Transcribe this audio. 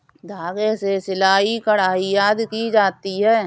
धागे से सिलाई, कढ़ाई आदि की जाती है